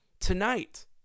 Tonight